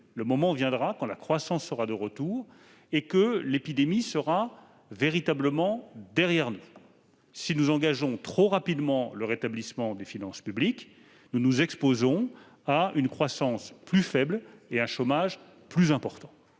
venu. Il viendra quand la croissance sera de retour et l'épidémie véritablement derrière nous. Si nous engageons trop rapidement le rétablissement des finances publiques, nous nous exposons à avoir une croissance plus faible et un chômage plus important.